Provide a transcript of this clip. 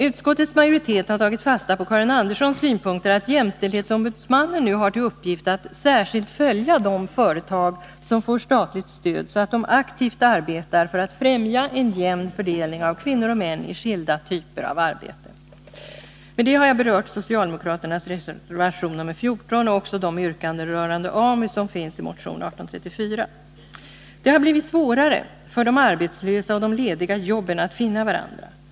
Utskottets majoritet har tagit fasta på Karin Anderssons synpunkter, att jämställdhetsombudsmannen nu har till uppgift att särskilt följa de företag som får statligt stöd, så att de aktivt arbetar för att främja en jämn fördelning av kvinnor och män i skilda typer av arbete. Med det har jag berört socialdemokraternas reservation nr 14 och också de yrkanden rörande AMU som finns i motion 1834. Det har blivit svårare för de arbetslösa och de lediga jobben att finna varandra.